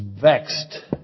vexed